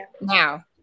Now